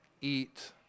eat